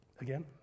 Again